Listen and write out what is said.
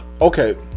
okay